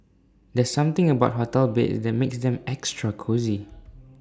there's something about hotel beds that makes them extra cosy